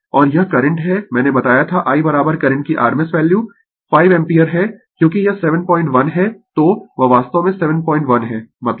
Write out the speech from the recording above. और यह करंट है मैंने बताया था I करंट की rms वैल्यू 5 एम्पीयर है क्योंकि यह 71 है तो वह वास्तव में 71 है मतलब